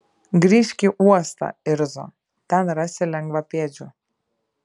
grįžk į uostą irzo ten rasi lengvapėdžių